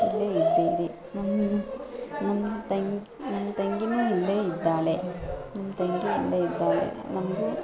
ಇಲ್ಲೇ ಇದ್ದೀವಿ ನಮ್ಮ ನಮ್ಮ ತಂ ನಮ್ಮ ತಂಗಿಯೂ ಇಲ್ಲೇ ಇದ್ದಾಳೆ ನನ್ನ ತಂಗಿ ಇಲ್ಲೇ ಇದ್ದಾಳೆ ನಮಗೂ